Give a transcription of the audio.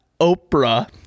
Oprah